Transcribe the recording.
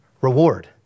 reward